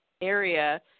area